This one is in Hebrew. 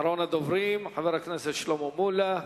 אחרון הדוברים, חבר הכנסת שלמה מולה.